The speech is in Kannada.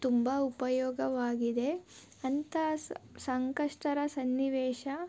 ತುಂಬ ಉಪಯೋಗವಾಗಿದೆ ಅಂತಹ ಸಂಕಷ್ಟಕರ ಸನ್ನಿವೇಶ